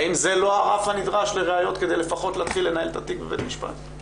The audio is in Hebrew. האם זה לא הרף הנדרש לראיות כדי לפחות להתחיל לנהל את התיק בבית משפט?